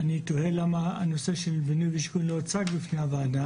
אני תוהה למה הנושא של בינוי ושיכון לא הוצג בפני הוועדה.